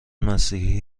مسیحی